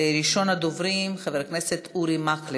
הצעות מס' 5021,